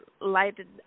lighted